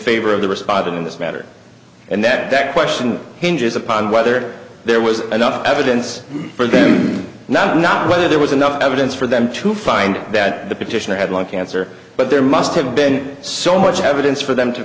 favor of the respond in this matter and that that question hinges upon whether there was enough evidence for them not not whether there was enough evidence for them to find that the petitioner had lung cancer but there must have been so much evidence for them to